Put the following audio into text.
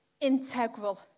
integral